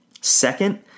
Second